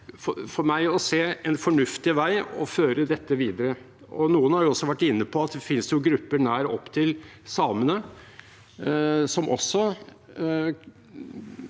ikke jeg se en fornuftig vei å føre dette videre på. Noen har også vært inne på at det finnes grupper nært opp til samene som også